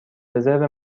رزرو